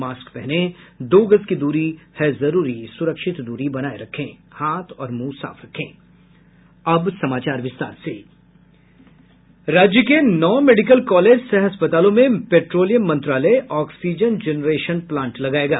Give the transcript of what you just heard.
mask पहनें दो गज दूरी है जरूरी सुरक्षित दूरी बनाये रखें हाथ और मुंह साफ रखें अब समाचार विस्तार से राज्य के नौ मेडिकल कॉलेज सह अस्पतालों में पेट्रोलियम मंत्रालय ऑक्सीजन जेनरेशन प्लांट लगायेगा